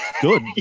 good